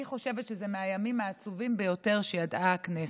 אני חושבת שזה אחד הימים העצובים ביותר שידעה הכנסת.